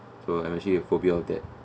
so I'm actually a phobia of that